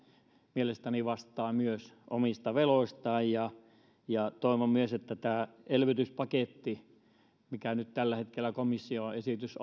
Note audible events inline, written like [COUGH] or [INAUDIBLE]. mielestäni vastaa omista veloistaan toivon että myös tämä elvytyspaketti mikä nyt tällä hetkellä on komission esitys [UNINTELLIGIBLE]